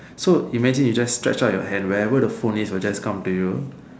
so imagine you just stretch out your hand wherever the phone is will just come to you